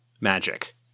magic